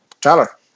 Tyler